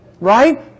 Right